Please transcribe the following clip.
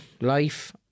life